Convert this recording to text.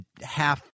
half